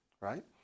right